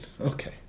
Okay